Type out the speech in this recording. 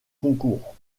concours